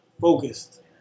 focused